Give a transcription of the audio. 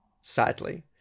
sadly